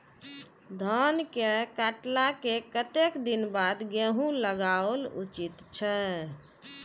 धान के काटला के कतेक दिन बाद गैहूं लागाओल उचित छे?